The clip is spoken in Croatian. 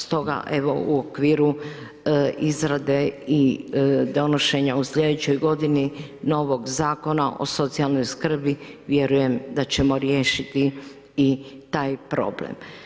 Stoga, evo, u okviru izrade i donošenja u slijedećoj godini novog Zakona o socijalnoj skrbi, vjerujem da ćemo riješiti i taj problem.